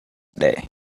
day